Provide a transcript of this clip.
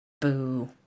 boo